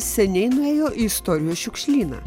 seniai nuėjo į istorijos šiukšlyną